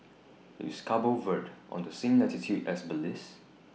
IS Cabo Verde on The same latitude as Belize